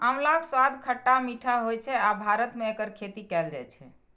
आंवलाक स्वाद खट्टा मीठा होइ छै आ भारत मे एकर खेती कैल जाइ छै